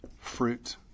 fruit